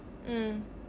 mm